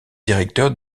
directeur